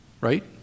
Right